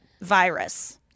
virus